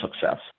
success